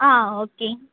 ஆ okay